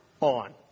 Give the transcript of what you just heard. on